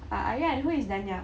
uh aryan who is nanya